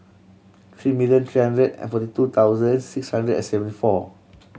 three million three hundred and forty two thousand six hundred and seventy four